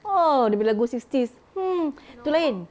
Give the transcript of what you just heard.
ah dia punya lagu sixties hmm itu lain